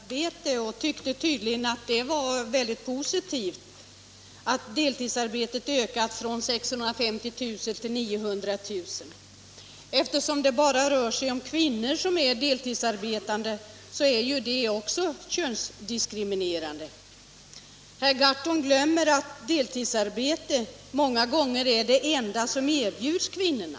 Herr talman! Herr Gahrton talade om deltidsarbete, och han tyckte tydligen att det var väldigt positivt att de deltidsanställda ökat från 650 000 till 900 000. En sådan inställning innebär en könsdiskriminering, eftersom det bara är kvinnor som är deltidsarbetande. Herr Gahrton glömmer att deltidsarbete många gånger är det enda som erbjuds kvinnorna.